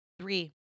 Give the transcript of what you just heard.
Three